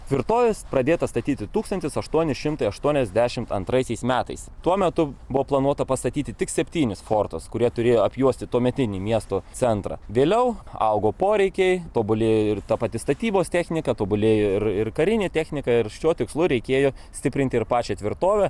tvirtovės pradėta statyti tūkstantis aštuoni šimtai aštuoniasdešimt antraisiais metais tuo metu buvo planuota pastatyti tik septynis fortus kurie turėjo apjuosti tuometinį miesto centrą vėliau augo poreikiai tobulėjo ir ta pati statybos technika tobulėjo ir ir karinė technika ir šiuo tikslu reikėjo stiprinti ir pačią tvirtovę